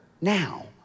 now